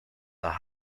the